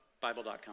Bible.com